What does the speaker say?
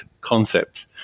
concept